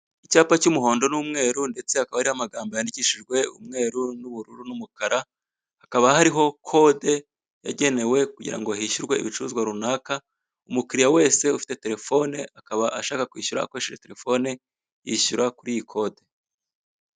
Icyapa cy'iumuhondo n'umweru ndetse hakaba hariho amagambo yandikishije umweru, n'ubururu n'umukara hakaba hariho kode, yagenewe kugirango hishyurwe ibicuruzwa runaka, umukiriya wese ufite telefone akaba ashaka kwishyura akoresheje telefone yishyurwa akoresheje iyi kode.